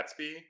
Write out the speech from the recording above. Gatsby